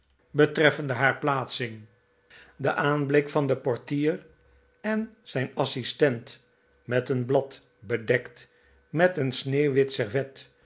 betreffende haar plaatsing de aanblik van den portier en zijn assistent met een blad bedekt met een sneeuwwit servet